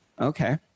Okay